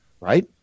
right